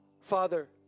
Father